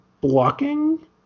blocking